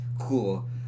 cool